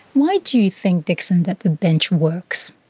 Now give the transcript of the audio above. why do you think, dixon, that the bench works?